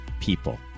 people